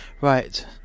Right